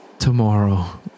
Tomorrow